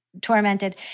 tormented